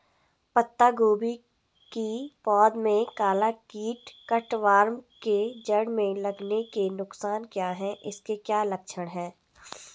पत्ता गोभी की पौध में काला कीट कट वार्म के जड़ में लगने के नुकसान क्या हैं इसके क्या लक्षण हैं?